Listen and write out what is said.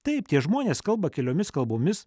taip tie žmonės kalba keliomis kalbomis